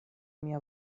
mia